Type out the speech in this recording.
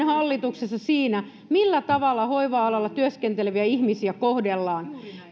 hallituksessa siinä millä tavalla hoiva alalla työskenteleviä ihmisiä kohdellaan